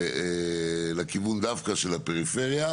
לכיוון דווקא של הפריפריה,